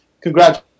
congrats